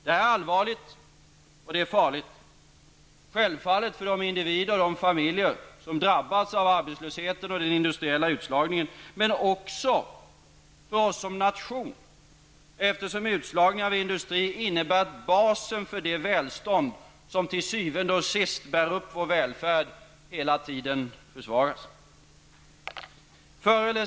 Detta är en allvarlig och farlig utveckling, inte minst för de individer och familjer som drabbas av arbetslösheten och av den industriella utslagningen, men också för oss som nation, eftersom utslagning av industrin innebär att basen för det välstånd som till syvende och sist bär upp vår välfärd hela tiden försvagas.